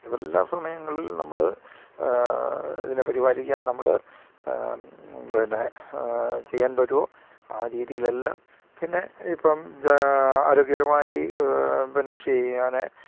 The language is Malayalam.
ഏതെല്ലാം സമയങ്ങളിൽ നമ്മൾ ഇതിനെ പരിപാലിക്കാൻ നമ്മൾ പിന്നെ ചെയ്യാൻ പറ്റുമോ ആ രീതിയിൽ എല്ലാം പിന്നെ ഇപ്പം ആരോഗ്യകരമായ ഈ പിന്നെ കൃഷി ചെയ്യാൻ